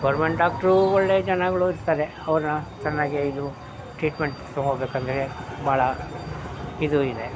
government ಡಾಕ್ಟ್ರೂ ಒಳ್ಳೆ ಜನಗಳು ಇರ್ತಾರೆ ಅವರ ಚೆನ್ನಾಗೆ ಇದು ಟ್ರೀಟ್ಮೆಂಟ್ ತಗೊಳ್ಬೇಕಂದ್ರೆ ಭಾಳ ಇದು ಇದೆ